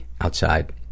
outside